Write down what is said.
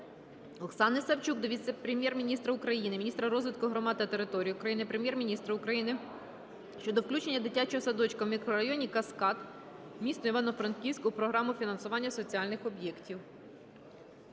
Оксани Савчук до віце-прем'єр-міністра України – міністра розвитку громад та територій України, Прем'єр-міністра України щодо включення дитячого садочка в мікрорайоні "Каскад", місто Івано-Франківськ, у програму фінансування соціальних об'єктів.